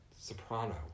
soprano